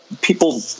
people